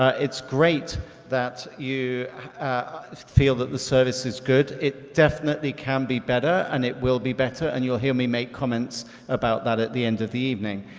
ah it's great that you feel that the service is good, it definitely can be better and it will be better and you'll hear me make comments about that at the end of the evening.